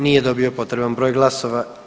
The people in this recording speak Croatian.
Nije dobio potreban broj glasova.